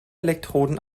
elektroden